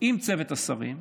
עם צוות השרים,